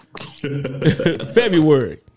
February